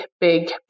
big